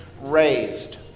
raised